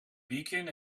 beacon